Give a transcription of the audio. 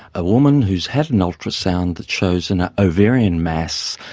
a woman who has had an ultrasound that shows an ovarian mass,